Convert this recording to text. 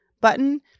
button